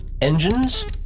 engines